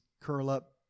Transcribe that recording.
curl-up